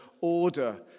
order